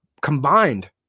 combined